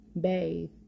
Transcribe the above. Bathe